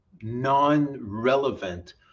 non-relevant